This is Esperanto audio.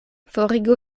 forigu